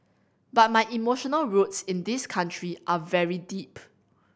but my emotional roots in this country are very deep